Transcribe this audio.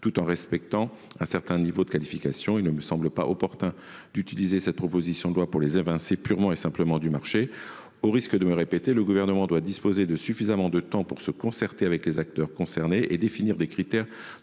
tout en respectant un certain niveau de qualification. Il ne me semble pas opportun d’utiliser cette proposition de loi pour les évincer purement et simplement du marché. Au risque de me répéter, j’estime que le Gouvernement doit disposer de suffisamment de temps pour consulter les acteurs concernés et définir des critères